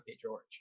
George